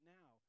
now